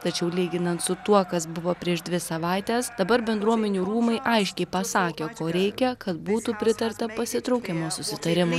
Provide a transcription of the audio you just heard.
tačiau lyginant su tuo kas buvo prieš dvi savaites dabar bendruomenių rūmai aiškiai pasakė ko reikia kad būtų pritarta pasitraukimo susitarimui